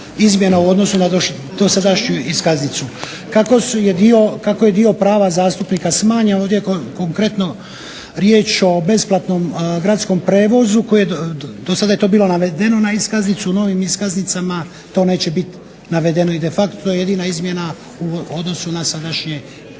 izmjena u odnosu na dosadašnju iskaznicu. Kako je dio prava zastupnika smanjen, ovdje je konkretno riječ o besplatnom gradskom prijevozu, do sada je to bilo navedeno na iskaznici, na novim iskaznicama to neće biti navedeno i de facto to je jedina izmjena u odnosu na sadašnje,